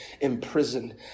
imprisoned